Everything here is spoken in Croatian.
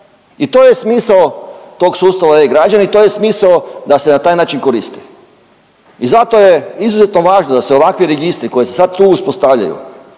I to je smisao tog sustava e-građani, to je smisao da se na taj način koriste. I zato je izuzetno važno da se ovakvi registri koji se sad tu uspostavljaju,